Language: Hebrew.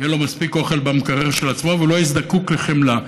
יהיה לו מספיק אוכל במקרר של עצמו והוא לא יהיה זקוק לחמלה.